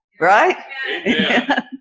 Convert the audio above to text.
Right